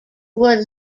were